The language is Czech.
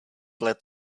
let